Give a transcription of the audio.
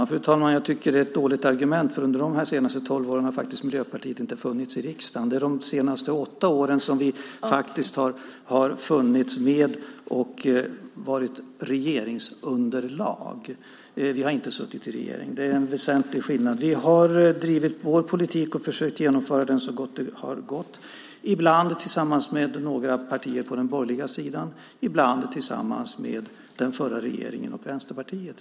Fru talman! Jag tycker att det är ett dåligt argument, för Miljöpartiet har faktiskt inte funnits i riksdagen de senaste tolv åren. Det är de senaste åtta åren som vi har funnits med som regeringsunderlag. Vi har inte suttit i regeringen, och det är en väsentlig skillnad. Vi har drivit vår politik och försökt genomföra den så gott vi har kunnat, ibland tillsammans med några partier på den borgerliga sidan, ibland tillsammans med den förra regeringen och Vänsterpartiet.